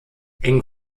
eng